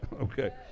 Okay